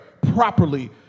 properly